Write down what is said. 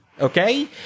Okay